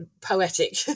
poetic